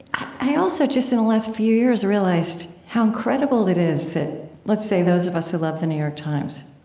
i also, just in the last few years, realized how incredible it is that, let's say those of us who love the new york times,